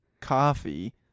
coffee